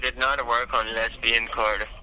not work on lesbian cards